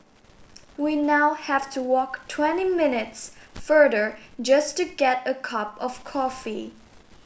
we now have to walk twenty minutes further just to get a cup of coffee